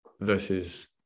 versus